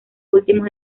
últimos